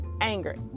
anger